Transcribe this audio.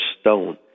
stone